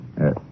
Yes